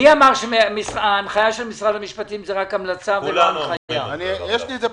מה אמר חבר הכנסת אזולאי, מקשים בקבלה.